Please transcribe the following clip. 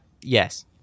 Yes